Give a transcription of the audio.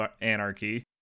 Anarchy